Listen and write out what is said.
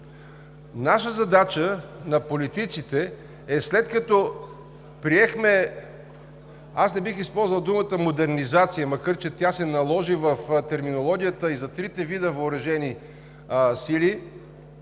Наша задача – на политиците, е, след като приехме, аз не бих използвал думата „модернизация“, макар че тя се наложи в терминологията и за трите вида въоръжени сили,